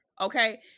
Okay